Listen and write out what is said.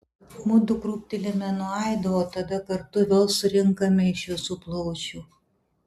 mudu krūptelime nuo aido o tada kartu vėl surinkame iš visų plaučių